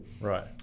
Right